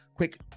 Quick